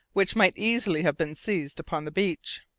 which might easily have been seized upon the beach.